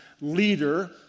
leader